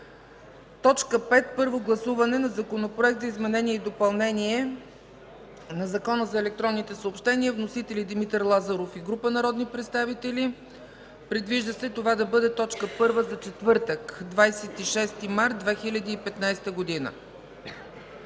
5. Първо гласуване на Законопроект за изменение и допълнение на Закона за електронните съобщения. Вносители – Димитър Лазаров и група народни представители. Предвижда се това да е точка първа за четвъртък, 26 март 2015 г.